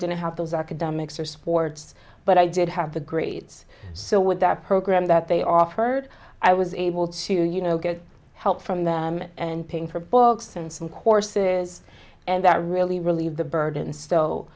have those academics or sports but i did have the grades so with that program that they offered i was able to you know get help from them and paying for books and some courses and that really relieve the burden so